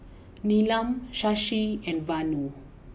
Neelam Shashi and Vanu